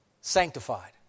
Sanctified